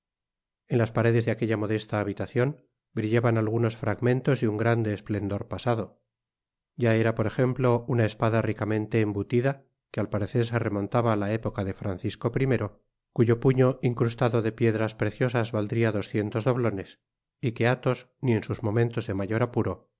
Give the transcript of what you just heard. en las paredes de aquella modesta habitacion brillaban algunos fragmentos de un grande esplendor pasado ya era por ejemplo una espada ricamente embutida que al parecer se remontaba á la época de francisco i cuyo puño incrustado de piedras preciosas valdría doscientos doblones y que athos ni en sus momentos de mayor apuro